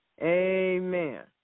Amen